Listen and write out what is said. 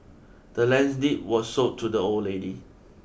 the land's deed was sold to the old lady